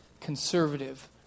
conservative